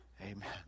amen